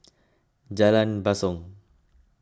Jalan Basong